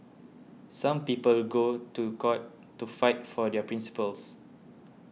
some people go to court to fight for their principles